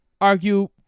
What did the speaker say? argue